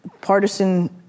partisan